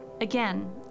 Again